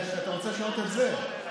אתה רוצה לשנות את זה.